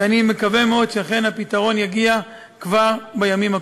ואני מקווה מאוד שאכן הפתרון יגיע כבר בימים הקרובים.